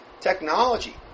technology